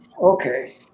Okay